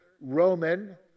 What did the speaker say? Roman